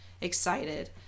excited